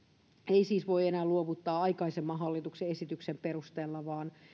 ei siis voi enää luovuttaa aikaisemman hallituksen esityksen mukaisesti